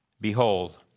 Behold